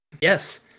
Yes